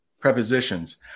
prepositions